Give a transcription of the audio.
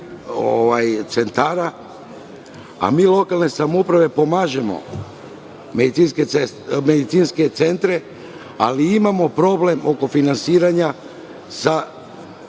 centara, a mi lokalne samouprave pomažemo medicinske centre, ali imamo problem oko finansiranja, da